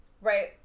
Right